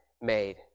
made